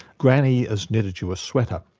granny has knitted you a sweater,